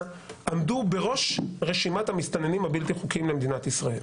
עמדו בראש רשימת השוהים הבלתי חוקיים למדינת ישראל.